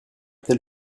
tel